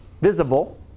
visible